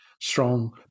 strong